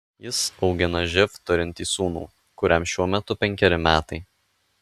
jis augina živ turintį sūnų kuriam šiuo metu penkeri metai